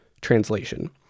translation